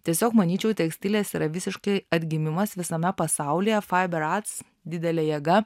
tiesiog manyčiau tekstilės yra visiškai atgimimas visame pasaulyje fiber arts didele jėga